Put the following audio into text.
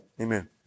Amen